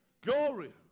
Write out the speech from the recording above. Glory